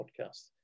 podcast